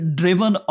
driven